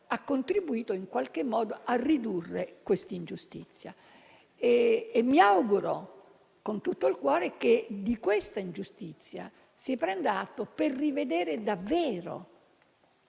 hanno contribuito in qualche modo a ridurre questa ingiustizia. Mi auguro con tutto il cuore che se ne prenda atto per rivedere davvero